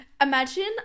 imagine